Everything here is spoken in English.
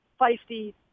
feisty